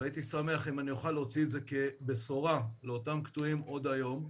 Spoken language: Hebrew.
והייתי שמח אם אני אוכל להוציא את זה כבשורה לאותם קטועים עוד היום.